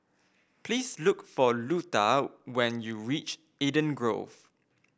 please look for Luda when you reach Eden Grove